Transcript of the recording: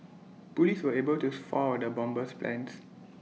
Police were able to foil the bomber's plans